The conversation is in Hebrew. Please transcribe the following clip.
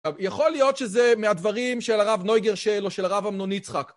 יכול להיות שזה מהדברים של הרב נויגרשל או של הרב אמנון יצחק.